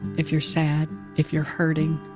if you're sad, if you're hurting,